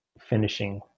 finishing